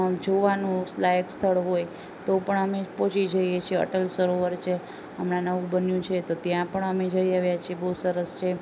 જોવાનું લાયક સ્થળ હોય તો પણ અમે પહોંચી જઈએ છીએ અટલ સરોવર છે હમણાં નવું બન્યું છે તો ત્યાં પણ અમે જઈ આવ્યા છીએ બહુ સરસ છે